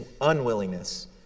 unwillingness